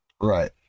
Right